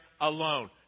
alone